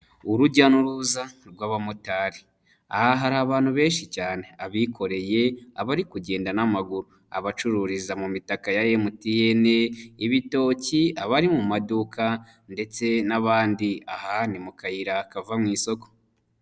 Urujya n'uruza rw'abamotari aha hari abantu benshi cyane abikoreye, abari kugenda n'amaguru, abacururiza mu mitakaka ya MTN, ibitoki, abari mu maduka ndetse n'abandi, aha ni mu kayira kava mu isoko.